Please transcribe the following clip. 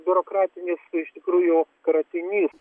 biurokratinis iš tikrųjų kratinys